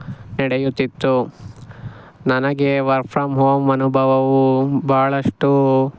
ನೆಡೆಯುತ್ತಿತ್ತು ನನಗೆ work from home ಅನುಭವವೂ ಭಾಳಷ್ಟು